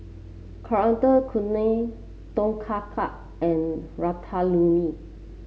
Coriander Chutney Tom Kha Gai and Ratatouille